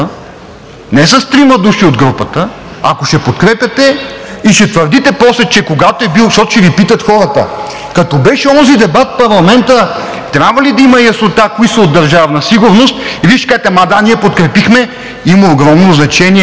не с трима души от групата. Ако ще подкрепяте и ще твърдите после, защото ще Ви питат хората: „Като беше онзи дебат в парламента, трябва ли да има яснота кои са от Държавна сигурност?“ И Вие ще кажете: „Ами да, ние подкрепихме.“ Има огромно значение